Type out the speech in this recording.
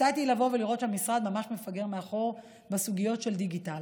הופתעתי לבוא ולראות שהמשרד ממש מפגר מאחור בסוגיות של דיגיטל,